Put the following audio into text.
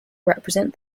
represent